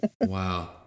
Wow